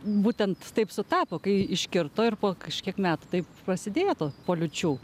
būtent taip sutapo kai iškirto ir po kažkiek metų taip pasidėjo to po liūčių